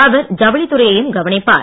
அவர் ஜவுளித்துறையையும் கவனிப்பார்